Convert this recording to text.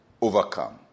overcome